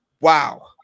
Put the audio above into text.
Wow